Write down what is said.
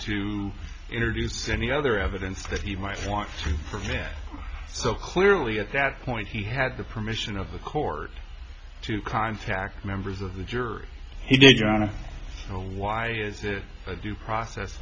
to introduce any other evidence that he might want to provide so clearly at that point he had the permission of the court to contact members of the jury he did yana why is it a due process